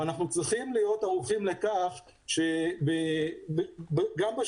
ואנחנו צריכים להיות ערוכים לכך שגם בשוטף,